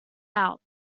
out